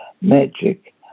magic